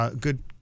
Good